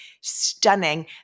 Stunning